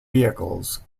vehicles